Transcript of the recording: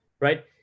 right